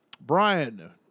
Brian